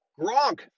Gronk